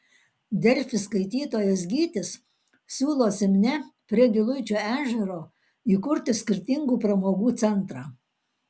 delfi skaitytojas gytis siūlo simne prie giluičio ežero įkurti skirtingų pramogų centrą